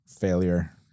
failure